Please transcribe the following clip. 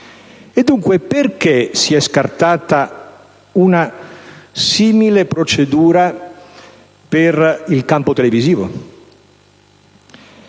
miliardi. Perché si è scartata una simile procedura per il campo televisivo?